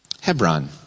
Hebron